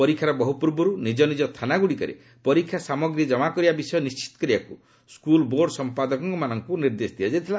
ପରୀକ୍ଷାର ବହୁ ପୂର୍ବରୁ ନିଜ ନିଜ ଥାନାଗୁଡ଼ିକରେ ପରୀକ୍ଷା ସାମଗ୍ରୀ ଜମା କରିବା ବିଷୟ ନିଣ୍ଟିତ କରିବାକୁ ସ୍କୁଲ୍ ବୋର୍ଡ଼ ସମ୍ପାଦକଙ୍କୁ ନିର୍ଦ୍ଦେଶ ଦିଆଯାଇଥିଲା